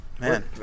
Man